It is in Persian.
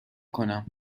کنم